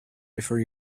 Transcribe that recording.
before